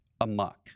amok